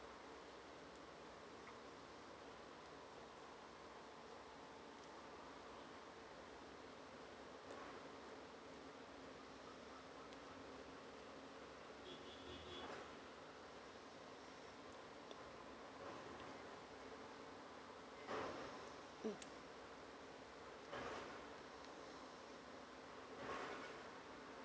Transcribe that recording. mm